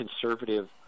conservative